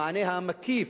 המענה המקיף,